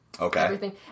Okay